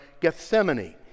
Gethsemane